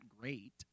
great